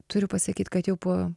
turiu pasakyt kad jau po